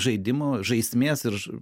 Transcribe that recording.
žaidimo žaismės ir